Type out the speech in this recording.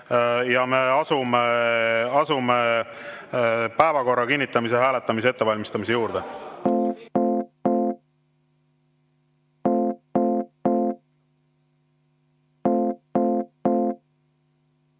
ja me asume päevakorra kinnitamise hääletuse ettevalmistamise juurde.